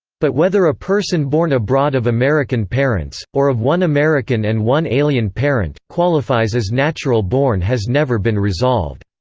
but whether a person born abroad of american parents, or of one american and one alien parent, qualifies as natural born has never been resolved.